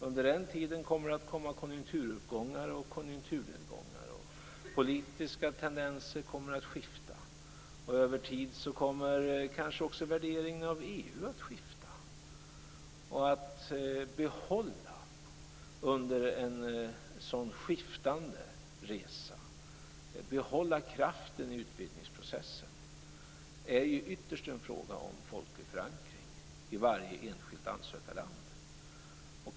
Under den tiden kommer det att bli konjunkturuppgångar och konjunkturnedgångar. Politiska tendenser kommer att skifta, och över tid kommer kanske också värderingarna av EU att skifta. Att under en så skiftande resa behålla kraften i utvidgningsprocessen är ju ytterst en fråga om folklig förankring i varje enskilt ansökarland.